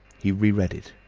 he re-read it.